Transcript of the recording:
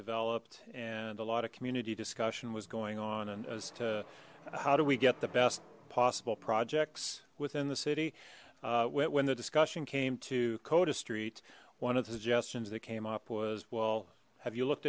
developed and a lot of community discussion was going on and as to how do we get the best possible projects within the city when the discussion came to khoda street one of the suggestions that came up was well have you looked